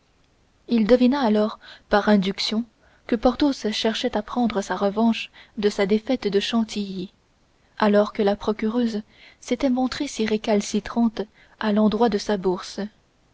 il devina alors par induction que porthos cherchait à prendre sa revanche de sa défaite de chantilly alors que la procureuse s'était montrée si récalcitrante à l'endroit de la bourse